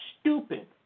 stupid